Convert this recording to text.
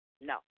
No